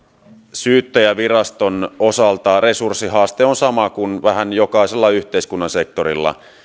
syyttäjänviraston osalta resurssihaaste on sama kuin vähän jokaisella yhteiskunnan sektorilla